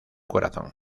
corazón